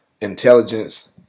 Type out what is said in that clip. intelligence